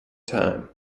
time